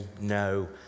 no